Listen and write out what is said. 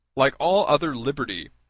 like all other liberty,